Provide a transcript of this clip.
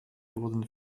wurden